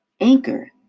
Anchor